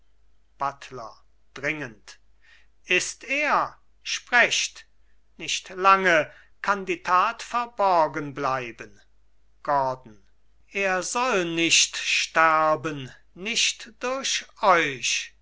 buttler dringend ist er sprecht nicht lange kann die tat verborgen bleiben gordon er soll nicht sterben nicht durch euch